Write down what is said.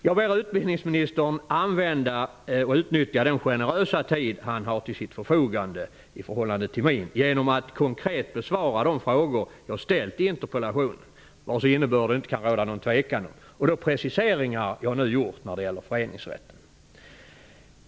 Jag ber utbildningsministern att utnyttja den generösa tid han har till sitt förfogande -- i förhållande till min -- genom att konkret besvara de frågor jag ställt i interpellationen och de preciseringar jag nu gjort när det gäller föreningsrätten. Det kan inte råda någon tvekan om deras innebörd.